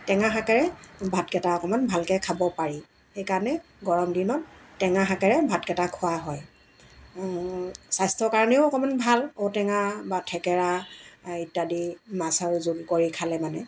টেঙা শাকেৰে ভাতকেইটা অকণমান ভালকৈ খাব পাৰি সেইকাৰণে গৰমদিনত টেঙা শাকেৰে ভাতকেইটা খোৱা হয় স্বাস্থ্যৰ কাৰণেও অকণমান ভাল ঔটেঙা বা থেকেৰা ইত্যাদি মাছৰ জোল কৰি খালে মানে